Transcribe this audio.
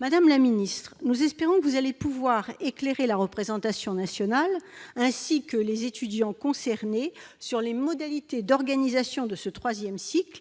Madame la ministre, nous espérons que vous allez pouvoir éclairer la représentation nationale, ainsi que les étudiants concernés, sur les modalités d'organisation de ce troisième cycle,